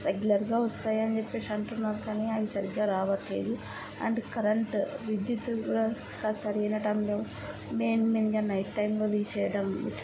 రెగ్యులర్గా వస్తాయి అని చెప్పేసి అంటున్నారు కానీ అవి సరిగ్గా రావట్లేదు అండ్ కరెంట్ విద్యుత్తు కూడా సరైన టైంలో మెయిన్ మెయిన్గా నైట్ టైంలో తీసేయడం